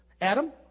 Adam